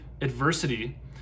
adversity